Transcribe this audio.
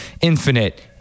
Infinite